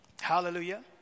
Hallelujah